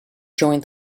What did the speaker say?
joined